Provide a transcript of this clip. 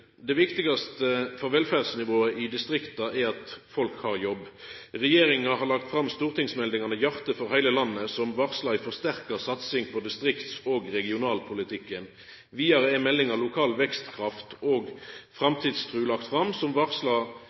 for velferdsnivået i distrikta er at folk har jobb. Regjeringa har lagt fram stortingsmeldinga Hjarte for heile landet, som varsla ei forsterka satsing på distrikts- og regionalpolitikken. Vidare er meldinga Lokal vekstkraft og framtidstru, som varsla ei styrking av arbeidet med lokal samfunnsutvikling, lagd fram.